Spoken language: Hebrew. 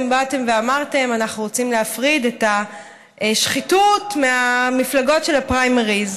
באתם ואמרתם: אנחנו רוצים להפריד את השחיתות מהמפלגות של הפריימריז.